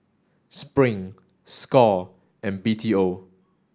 Spring Score and B T O